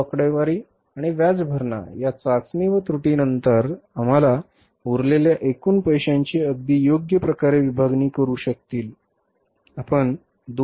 मूळ आकडेवारी आणि व्याज भरणा या चाचणी व त्रुटीनंतर आम्हाला उरलेल्या एकूण पैशांची अगदी योग्य प्रकारे विभागणी करू शकतील